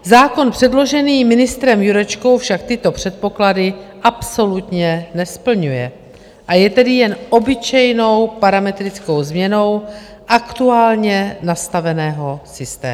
Zákon předložený ministrem Jurečkou však tyto předpoklady absolutně nesplňuje, a je tedy jen obyčejnou parametrickou změnou aktuálně nastaveného systému.